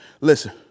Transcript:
listen